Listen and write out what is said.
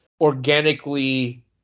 organically